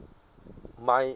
my